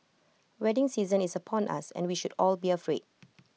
wedding season is upon us and we should all be afraid